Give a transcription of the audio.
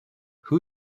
who